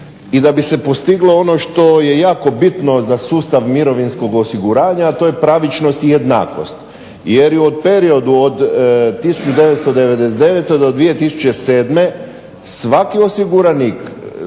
i da bi se postiglo ono što je jako bitno za sustav mirovinskog osiguranja, a to je pravičnost i jednakost. Jer je u periodu od 1999. do 2007. svaki osiguranik,